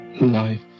life